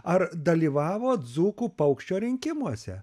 ar dalyvavot dzūkų paukščio rinkimuose